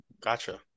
Gotcha